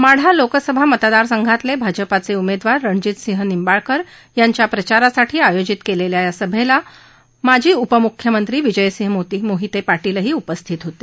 माढा लोकसभा मतदारसंघातले भाजपाचे उमेदवार रणजिंतसिंग निंबाळकर यांच्या प्रचारासाठी आयोजित केलेल्या या सभेला माजी उपमुख्यमंत्री विजयसिंह मोहिते पाटीलही उपस्थित होते